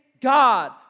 God